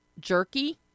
jerky